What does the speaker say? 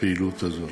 לפעילות הזאת.